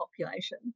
population